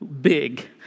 big